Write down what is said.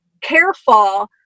careful